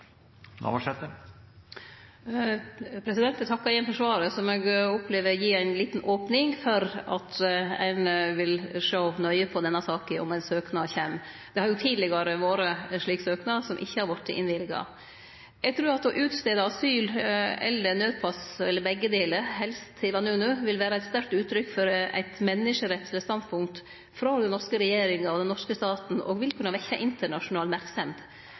Eg takkar igjen for svaret, som eg opplever gir ei lita opning for at ein vil sjå nøye på denne saka om ein søknad kjem. Det har tidlegare kome ein slik søknad, som ikkje vart innvilga. Eg trur at å gi asyl eller skrive ut nødpass – eller begge delar, helst – til Vanunu vil vere eit sterkt uttrykk for eit menneskerettsleg standpunkt frå den norske regjeringa og den norske staten og vil kunne vekkje internasjonal merksemd.